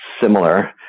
similar